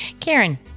Karen